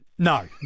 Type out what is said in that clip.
No